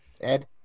Ed